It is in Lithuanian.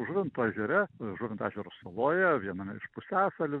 žuvinto ežere žuvinto ežero saloje viename iš pusiasalių